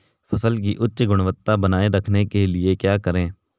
फसल की उच्च गुणवत्ता बनाए रखने के लिए क्या करें?